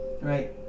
Right